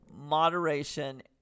moderation